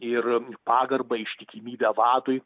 ir pagarbą ištikimybę vadui